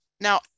Now